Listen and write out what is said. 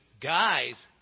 guys